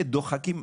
ודוחקים,